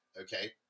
okay